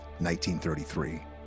1933